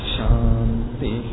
Shanti